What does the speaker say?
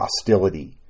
hostility